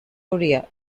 korea